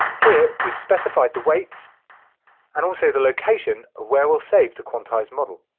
here we've specified the weights and also the location of where we'll save the quantized model.